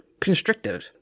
constrictive